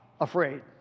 afraid